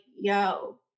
yo